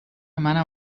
منم